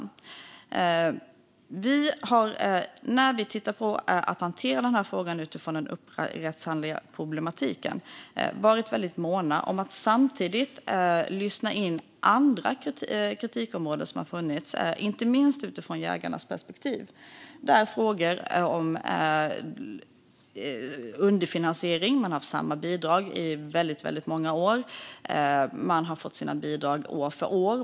När vi har tittat på hur denna fråga ska hanteras utifrån en upphandlingsrättslig problematik har vi varit väldigt måna om att samtidigt lyssna in andra kritikområden som har funnits, inte minst utifrån jägarnas perspektiv. Det är frågor om underfinansiering. Man har haft samma bidrag i väldigt många år. Man har fått sina bidrag år för år.